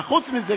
וחוץ מזה,